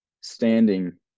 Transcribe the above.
standing